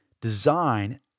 design